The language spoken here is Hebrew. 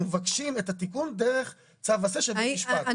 אנחנו מבקשים את התיקון דרך צו עשה של בית משפט.